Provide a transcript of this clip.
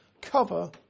cover